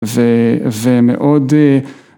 ומאוד